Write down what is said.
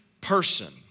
person